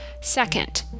Second